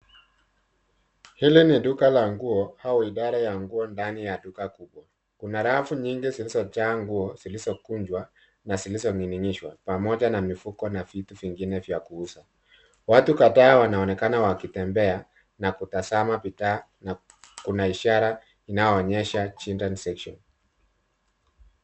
Hili ni duka la nguo au idara ya nguo ndani ya duka kuu. Kuna rafu nyingi zilizojaa nguo zilizokunjwa na zilizoning'inishwa pamoja na mifuko na vitu vingine vya kuuza. Watu kadhaa wanaonekana wakitembea na kutazama bidhaa na kuna ishara inayoonyesha Childrens Section .